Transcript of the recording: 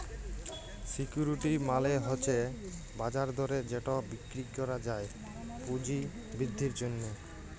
security মালে হছে বাজার দরে যেট বিক্কিরি ক্যরা যায় পুঁজি বিদ্ধির জ্যনহে